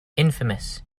infamous